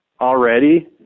already